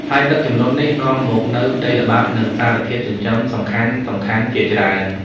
ហើយទឹកជំនន់នេះនាំមកនូវដីល្បាប់ និងសារធាតុចិញ្ចឹមសំខាន់ៗជាច្រើន។